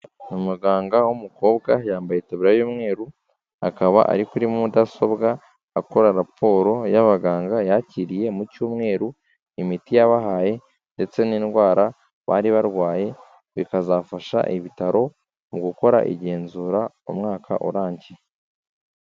Umuganga w'umukobwa yambaye iteburiya y'umweru, akaba ari kuri mudasobwa akora raporo y'abaganga yakiriye mu cyumweru, imiti yabahaye ndetse n'indwara bari barwaye bikazafasha ibitaro mu gukora igenzura umwaka urangiye.